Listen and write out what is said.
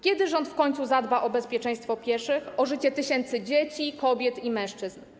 Kiedy rząd w końcu zadba o bezpieczeństwo pieszych, o życie tysięcy dzieci, kobiet i mężczyzn?